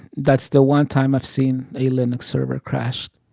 that's the one time i've seen a linux server crash